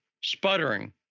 sputtering